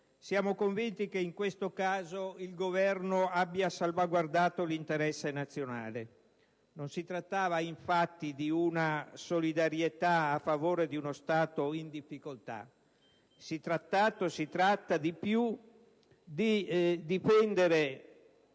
Siamo convinti che in questo caso il Governo abbia salvaguardato l'interesse nazionale. Non si trattava, infatti, di una solidarietà a favore di uno Stato in difficoltà. Si è trattato e si tratta